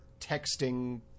texting